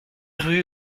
rue